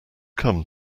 come